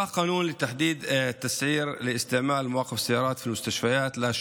(אומר דברים בשפה הערבית, להלן